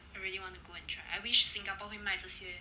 I really want to go and try I wish singapore 会卖这些